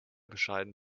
bescheiden